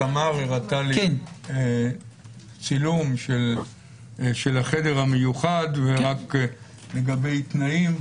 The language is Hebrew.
תמר הראתה לי צילום של החדר המיוחד לגבי תנאים.